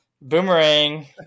Boomerang